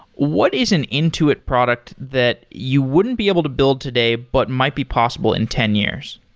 what is an intuit product that you wouldn't be able to build today, but might be possible in ten years?